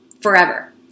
forever